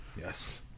Yes